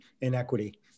inequity